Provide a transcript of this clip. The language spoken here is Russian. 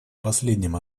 последнем